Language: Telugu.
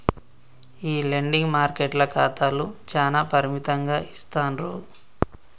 ఈ లెండింగ్ మార్కెట్ల ఖాతాలు చానా పరిమితంగా ఇస్తాండ్రు